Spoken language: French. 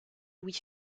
louis